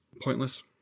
pointless